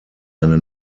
eine